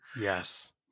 Yes